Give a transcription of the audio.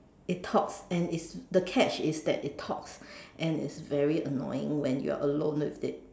it talks and is the catch is that it talks and it's very annoying when you are alone with it